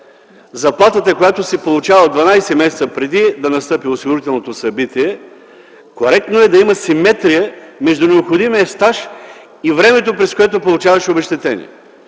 заплатата, която си получавал 12 месеца преди да настъпи осигурителното събитие, коректно е да има симетрия между необходимия стаж и времето, през което получаваш обезщетението.